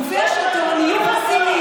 גופי השלטון יהיו חסינים